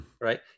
Right